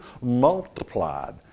multiplied